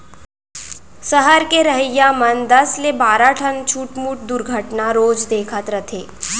सहर के रहइया मन दस ले बारा ठन छुटमुट दुरघटना रोज देखत रथें